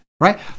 Right